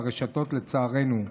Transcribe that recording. והרשתות לצערנו,